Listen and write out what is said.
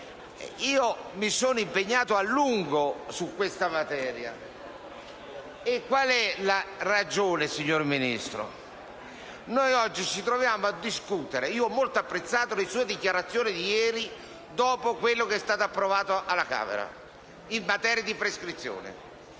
Mi sono impegnato a lungo su questa materia. Qual è la ragione, signor Ministro? Ho molto apprezzato le sue dichiarazioni di ieri, dopo quello che è stato approvato alla Camera in materia di prescrizione.